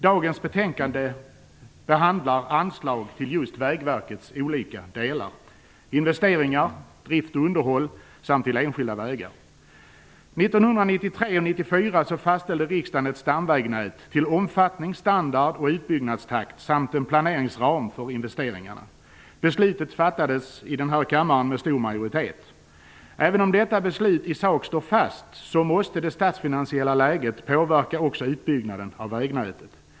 Dagens betänkande behandlar anslag till just Vägverkets olika delar. Det gäller investeringar till drift och underhåll samt till enskilda vägar. År 1993 och 1994 fastställde riksdagen ett stamvägnät till omfattning, standard och utbyggnadstakt samt en planeringsram för investeringarna. Beslutet fattades i den här kammaren med stor majoritet. Även om detta beslut i sak står fast måste det statsfinansiella läget påverka även utbyggnaden av vägnätet.